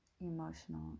emotional